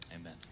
Amen